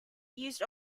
used